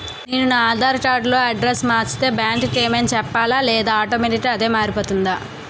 నేను నా ఆధార్ కార్డ్ లో అడ్రెస్స్ మార్చితే బ్యాంక్ కి ఏమైనా చెప్పాలా లేదా ఆటోమేటిక్గా అదే మారిపోతుందా?